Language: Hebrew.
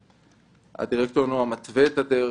הדירקטוריון מתווה את הדרך,